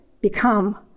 become